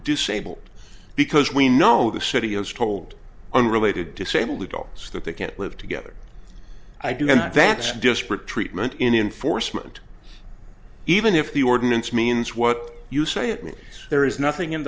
disabled because we know the city has told unrelated disabled adults that they can't live together i do and that's disparate treatment in enforcement even if the ordinance means what you say it means there is nothing in